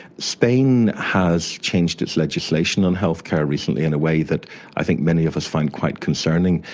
spain has changed its legislation on healthcare recently in a way that i think many of us find quite concerning.